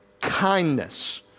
kindness